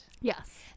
Yes